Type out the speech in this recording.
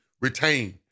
retain